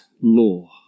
law